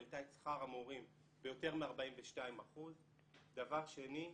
העלתה את שכר המורים ביותר מ-42%; דבר שני,